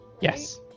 Yes